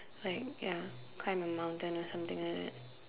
like ya climb a mountain or something like that